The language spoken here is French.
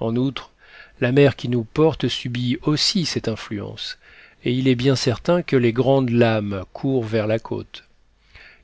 en outre la mer qui nous porte subit aussi cette influence et il est bien certain que les grandes lames courent vers la côte